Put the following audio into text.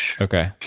Okay